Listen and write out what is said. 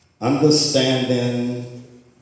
Understanding